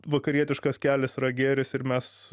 vakarietiškas kelias yra gėris ir mes